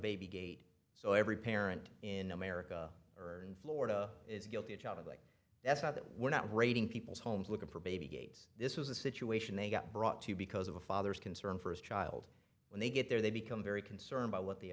baby gate so every parent in america or in florida is guilty of child like that's not that we're not raiding people's homes looking for baby gates this was a situation they got brought to because of a father's concern for his child when they get there they become very concerned about what the